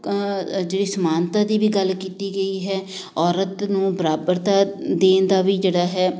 ਜਿਹੜੀ ਸਮਾਨਤਾ ਦੀ ਵੀ ਗੱਲ ਕੀਤੀ ਗਈ ਹੈ ਔਰਤ ਨੂੰ ਬਰਾਬਰਤਾ ਦੇਣ ਦਾ ਵੀ ਜਿਹੜਾ ਹੈ